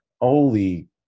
Holy